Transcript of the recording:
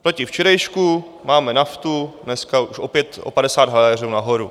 Proti včerejšku máme naftu dneska už opět o 50 haléřů nahoru.